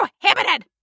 Prohibited